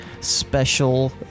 special